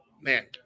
Man